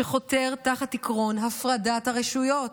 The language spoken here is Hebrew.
שחותר תחת עקרון הפרדת הרשויות.